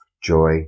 joy